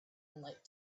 light